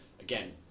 again